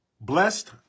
Blessed